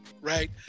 right